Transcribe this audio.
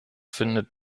findet